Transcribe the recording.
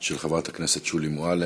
של חברת הכנסת שולי מועלם.